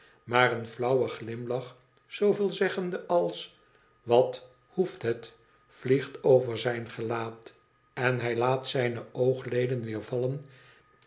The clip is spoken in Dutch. maar een flauwe glimlach zooveel zeggende als i wat hoeft het vliegt over zijn gelaat en hij laat zijne oogleden weer